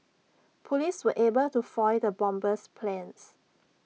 Police were able to foil the bomber's plans